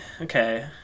okay